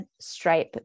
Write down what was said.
stripe